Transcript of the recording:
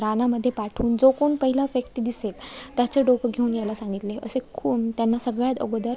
रानामध्ये पाठवून जो कोण पहिला व्यक्ती दिसेल त्याचं डोकं घेऊन यायला सांगितले असे कोण त्यांना सगळ्यात अगोदर